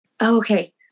Okay